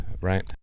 Right